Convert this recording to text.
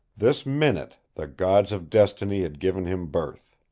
this minute the gods of destiny had given him birth.